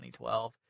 2012